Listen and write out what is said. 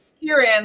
Herein